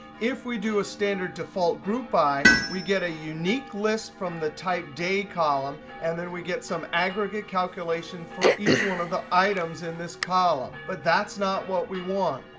if we do a standard default group by, we get a unique list from the type day column, and then we get some aggregate calculation for each one of the items in this column. but that's not what we want.